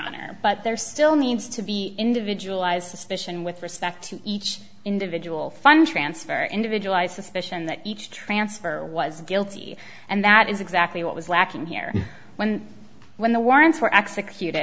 honor but there still needs to be individualized suspicion with respect to each individual funds transfer individualized suspicion that each transfer was guilty and that is exactly what was lacking here when when the warrants were executed